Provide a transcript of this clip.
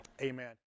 Amen